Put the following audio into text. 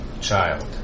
child